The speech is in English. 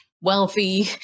Wealthy